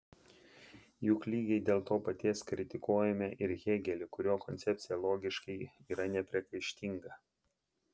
juk lygiai dėl to paties kritikuojame ir hėgelį kurio koncepcija logiškai yra nepriekaištinga